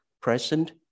present